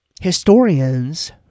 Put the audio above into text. Historians